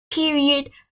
period